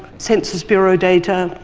census bureau data,